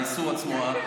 האיסור עצמו,